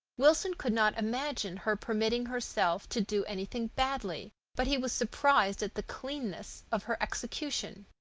wilson could not imagine her permitting herself to do anything badly, but he was surprised at the cleanness of her execution.